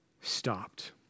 stopped